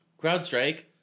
CrowdStrike